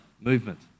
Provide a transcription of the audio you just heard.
movement